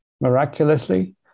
Miraculously